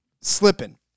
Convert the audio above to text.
slipping